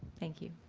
thank you.